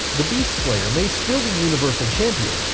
the beastslayer may still be universal champion,